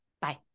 Bye